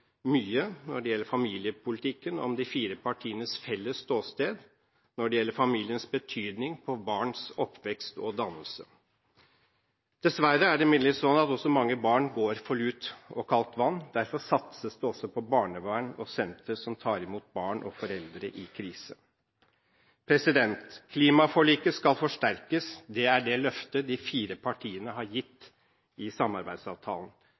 mye om familiepolitikken og om de fire partienes felles ståsted når det gjelder familiens betydning for barns oppvekst og dannelse. Dessverre er det midlertid sånn at mange barn går for lut og kaldt vann. Derfor satses det også på barnevern og sentre som tar imot barn og foreldre i krise. Klimaforliket skal forsterkes. Det er det løftet de fire partiene har gitt i samarbeidsavtalen.